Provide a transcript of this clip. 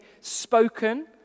spoken